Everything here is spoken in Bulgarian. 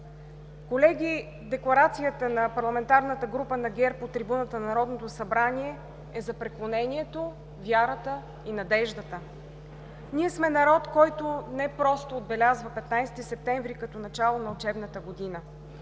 Колеги, декларацията на парламентарната група на ГЕРБ от трибуната на Народното събрание е за преклонението, вярата и надеждата. Ние сме народ, който не просто отбелязва 15 септември като начало на учебната година.